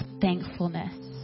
thankfulness